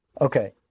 Okay